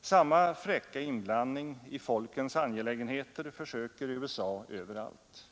Samma fräcka inblandning i folkens angelägenheter försöker USA överallt.